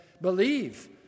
believe